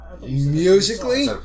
Musically